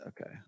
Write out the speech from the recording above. Okay